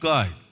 God